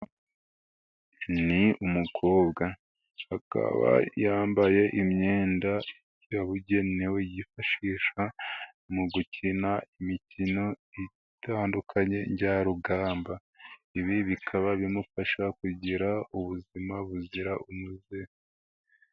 Ni umukobwa, akaba yambaye imyenda yabugenewe yifashishwa mu gukina imikino itandukanye njyarugamba. Ibi bikaba bimufasha kugira ubuzima buzira umuze.